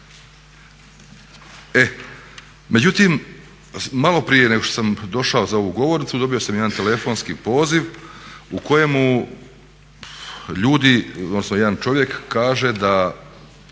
E međutim, malo prije nego što sam došao za ovu govornicu dobio sam jedan telefonski poziv u kojemu ljudi, odnosno jedan čovjek kaže da